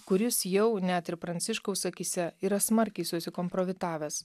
kuris jau net ir pranciškaus akyse yra smarkiai susikompromitavęs